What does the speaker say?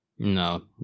No